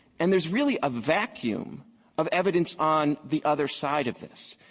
and there's really a vacuum of evidence on the other side of this.